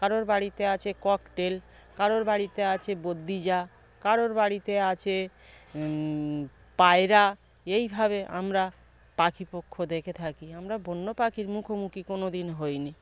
কারোর বাড়িতে আছে ককাটেল কারোর বাড়িতে আছে বদ্রি কারোর বাড়িতে আছে পায়রা এইভাবে আমরা পাখি পক্ষ দেখে থাকি আমরা বন্য পাখির মুখোমুখি কোনোদিন হইনি